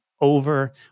over